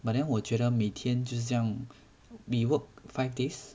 but then 我觉得每天就是这样 we work five days